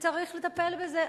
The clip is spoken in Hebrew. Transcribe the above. צריך לטפל בזה.